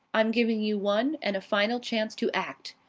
i'm giving you one, and a final chance to act.